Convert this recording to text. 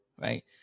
right